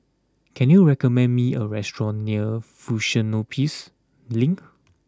can you recommend me a restaurant near Fusionopolis Link